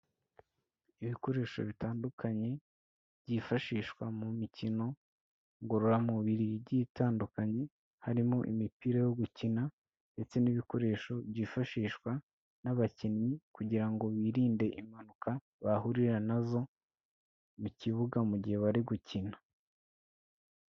Ibikoresho bitandukanye byifashishwa mu mikino ngororamubiri igiye itandukanye, harimo imipira yo gukina ndetse n'ibikoresho byifashishwa n'abakinnyi kugira ngo birinde impanuka bahurira na zo mu kibuga mu gihe bari gukina.